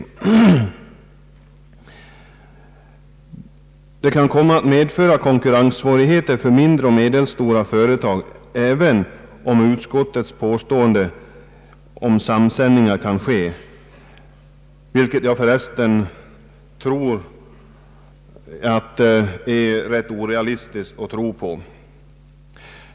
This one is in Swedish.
Bestämmelsen kan komma att medföra <konkurrenssvårigheter = för mindre och medelstora företag, även om utskottet påstår att samsändningar kan ske, vilket jag för resten tror är orealistiskt.